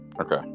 Okay